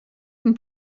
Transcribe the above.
une